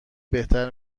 بهتر